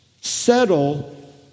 settle